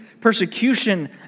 persecution